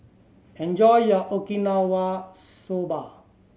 enjoy your Okinawa Soba